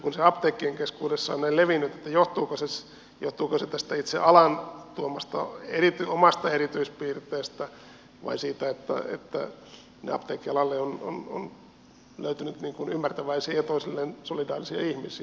kun se apteekkien keskuudessa on näin levinnyt niin en tiedä johtuuko se tästä alan omasta erityispiirteestä vai siitä että apteekkialalle on löytynyt ymmärtäväisiä ja toisilleen solidaarisia ihmisiä